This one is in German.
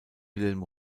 wilhelm